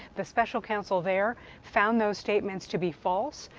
the special counsel there found those statements to be false.